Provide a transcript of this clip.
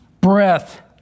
breath